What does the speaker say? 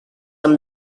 amb